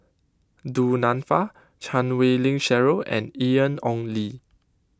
Du Nanfa Chan Wei Ling Cheryl and Ian Ong Li